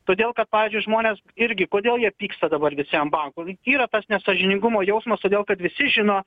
todėl kad pavyzdžiui žmonės irgi kodėl jie pyksta dabar visi ant bankų juk yra tas nesąžiningumo jausmas todėl kad visi žino